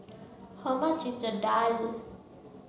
how much is the Daal